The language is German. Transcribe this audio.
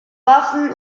waffen